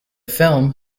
film